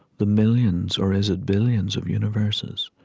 the millions, or is it billions, of universes.